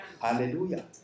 Hallelujah